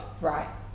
right